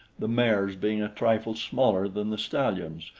the mares being a trifle smaller than the stallions,